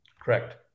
Correct